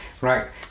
Right